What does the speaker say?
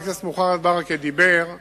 חבר הכנסת מוחמד ברכה דיבר,